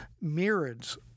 myriads